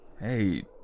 Hey